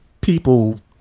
people